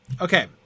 Okay